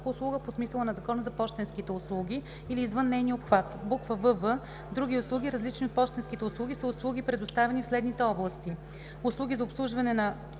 по смисъла на Закона за пощенските услуги, или извън нейния обхват; вв) „други услуги, различни от пощенски услуги“ са услуги, предоставяни в следните области: - услуги за обслужване на